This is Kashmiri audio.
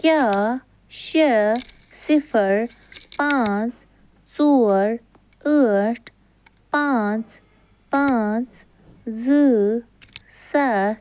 کیٛاہ شےٚ صِفر پانٛژھ ژور ٲٹھ پانٛژھ پانٛژھ زٕ سَتھ